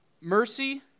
mercy